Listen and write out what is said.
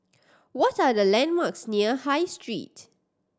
what are the landmarks near High Street